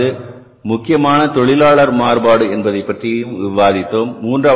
இரண்டாவது முக்கியமான தொழிலாளர் மாறுபாடு என்பதைப் பற்றியும் விரிவாக விவாதித்தோம்